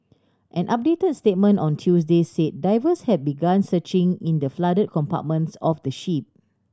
an updated statement on Tuesday said divers have begun searching in the flooded compartments of the ship